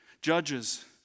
Judges